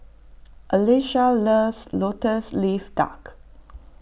Alisha loves Lotus Leaf Duck